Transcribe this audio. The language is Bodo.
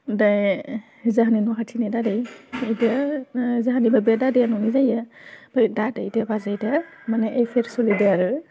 दायो जोहानि न' खाथिनि दादै बिदिनो जोंहानिबो बे दादैया न'नि जायो ओमफाय दादैजों बाजैजों माने एफियार सोलिदों आरो